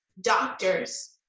doctors